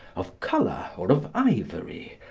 of colour or of ivory,